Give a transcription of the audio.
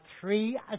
three